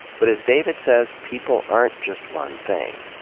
but, as david says, people aren't just one thing.